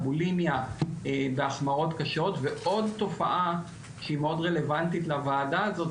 הבולימיה בהחמרות קשות ועוד תופעה שהיא מאוד רלוונטית לוועדה הזאת,